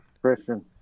Christian